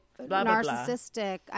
narcissistic